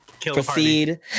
proceed